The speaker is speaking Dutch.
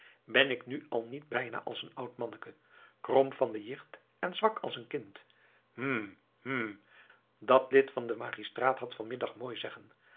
ben ik nu al niet bijna als een oud manneke krom van de jicht en zwak als een kind hm hm dat lid van den magistraat had vanmiddag mooi zeggen